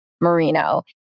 Marino